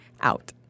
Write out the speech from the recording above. out